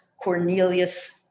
Cornelius